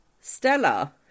Stella